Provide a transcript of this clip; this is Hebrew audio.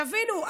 תבינו,